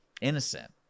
innocent